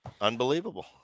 Unbelievable